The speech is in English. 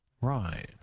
right